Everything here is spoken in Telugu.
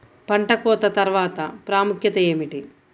పంట కోత తర్వాత ప్రాముఖ్యత ఏమిటీ?